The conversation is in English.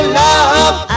love